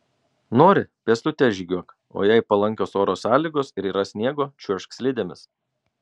nori pėstute žygiuok o jei palankios oro sąlygos ir yra sniego čiuožk slidėmis